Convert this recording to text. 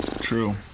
true